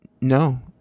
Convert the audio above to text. No